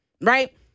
Right